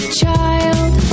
child